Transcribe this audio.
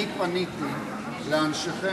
אני פניתי לאנשיכם,